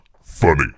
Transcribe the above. funny